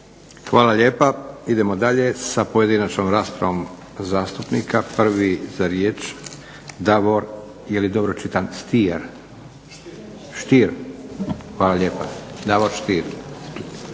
Hvala lijepa. Idemo dalje sa pojedinačnom raspravom zastupnika. Prvi za riječ Davor Stier. Hvala lijepa. **Stier,